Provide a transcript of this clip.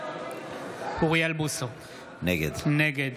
אוריאל בוסו, נגד